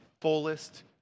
fullest